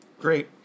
Great